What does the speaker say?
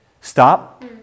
stop